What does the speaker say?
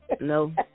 No